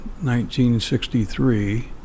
1963